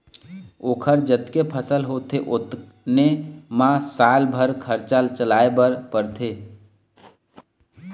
ओखर जतके फसल होथे ओतने म साल भर खरचा चलाए बर परथे